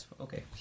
Okay